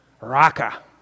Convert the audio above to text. Raka